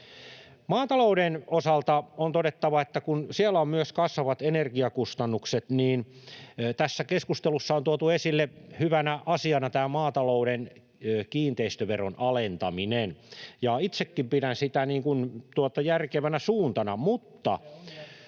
Maatalouden osalta on todettava, että kun myös siellä on kasvavat energiakustannukset, niin tässä keskustelussa on tuotu esille hyvänä asiana tämä maatalouden kiinteistöveron alentaminen. Itsekin pidän sitä järkevänä suuntana, [Tuomas